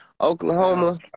Oklahoma